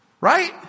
Right